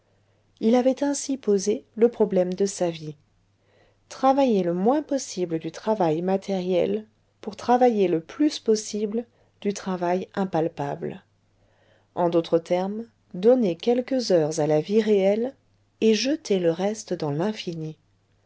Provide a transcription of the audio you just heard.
il avait ainsi posé le problème de sa vie travailler le moins possible du travail matériel pour travailler le plus possible du travail impalpable en d'autres termes donner quelques heures à la vie réelle et jeter le reste dans l'infini